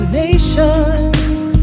nations